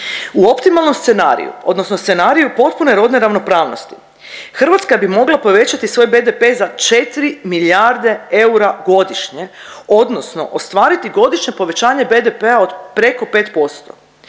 u optimalnom scenariju odnosno scenariju potpune rodne ravnopravnosti, Hrvatska bi mogla povećati svoj BDP za 4 milijarde eura godišnje odnosno ostvariti godišnje povećanje BDP-a od preko 5%.